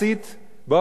בתוך עיתונים,